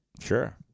Sure